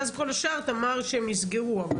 ואז כל השאר אמרת שהם נסגרו.